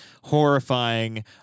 horrifying